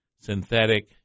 synthetic